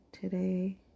today